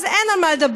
אז אין על מה לדבר,